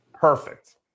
perfect